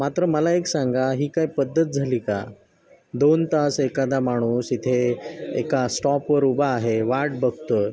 मात्र मला एक सांगा ही काय पद्धत झाली का दोन तास एखादा माणूस इथे एका स्टॉपवर उभा आहे वाट बघतो आहे